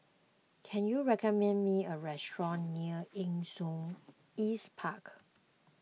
can you recommend me a restaurant near Nee Soon East Park